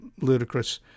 ludicrous